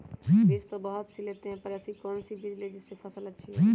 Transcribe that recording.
बीज तो बहुत सी लेते हैं पर ऐसी कौन सी बिज जिससे फसल अच्छी होगी?